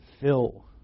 fill